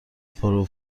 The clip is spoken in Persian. پرو